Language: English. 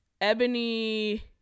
Ebony